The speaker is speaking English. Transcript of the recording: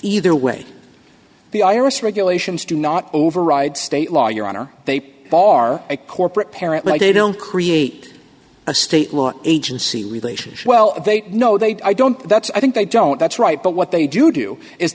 either way the i r s regulations do not override state law your honor they are a corporate parent they don't create a state law agency relationship well they know they i don't that's i think they don't that's right but what they do do i